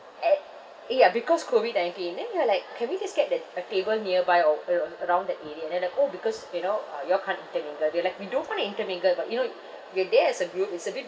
at ya because COVID nineteen then we are like can we just get the a table nearby or ar~ around that area they're like orh because you know uh you all can't intermingle we're like we don't want to intermingle but you know you're there as a group it's a bit